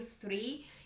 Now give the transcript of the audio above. three